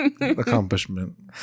accomplishment